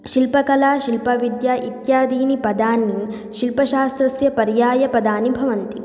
शिल्पकला शिल्पविद्या इत्यादीनि पदानि शिल्पशास्त्रस्य पर्यायपदानि भवन्ति